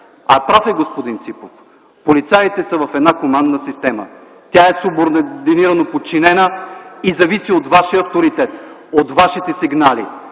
А господин Ципов е прав – полицаите са в една командна система. Тя е субординирано подчинена и зависи от Вашия авторитет, от Вашите сигнали.